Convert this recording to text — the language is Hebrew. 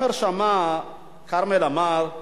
כרמל אמר: